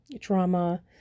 trauma